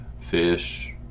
fish